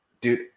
dude